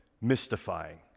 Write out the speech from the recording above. mystifying